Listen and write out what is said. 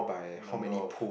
number of